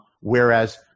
Whereas